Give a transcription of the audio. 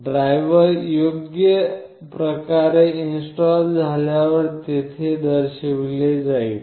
driver योग्य प्रकारे install झाल्यावर ते तेथे दर्शविले जाईल